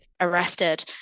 arrested